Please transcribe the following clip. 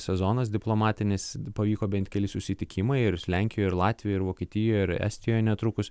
sezonas diplomatinis pavyko bent keli susitikimai ir lenkijoj ir latvijoj ir vokietijoj ir estijoj netrukus